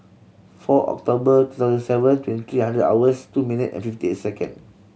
four October two thousand seven twenty three hours two minute and fifty second